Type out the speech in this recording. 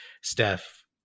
Steph